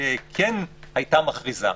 כן הייתה מכריזה.